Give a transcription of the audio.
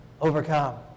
overcome